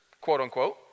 quote-unquote